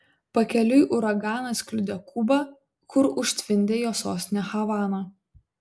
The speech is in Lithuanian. pakeliui uraganas kliudė kubą kur užtvindė jos sostinę havaną